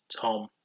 Tom